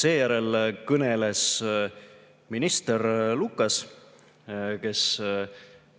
Seejärel kõneles minister Lukas, kes